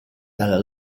dalla